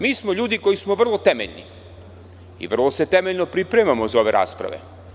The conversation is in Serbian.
Mi smo ljudi koji smo vrlo temeljni, i vrlo se temeljno pripremamo za ove rasprave.